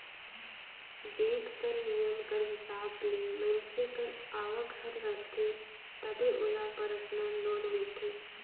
bank कर नियम कर हिसाब ले मइनसे कर आवक हर रहथे तबे ओला परसनल लोन मिलथे